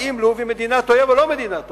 לוב היא מדינת אויב או לא מדינת אויב.